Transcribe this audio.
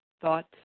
thoughts